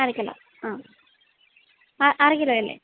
അരക്കിലോ ആ അരക്കിലോ അല്ലേ